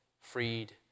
freed